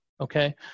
okay